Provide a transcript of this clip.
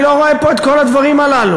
אני לא רואה פה את כל הדברים הללו.